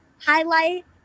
highlight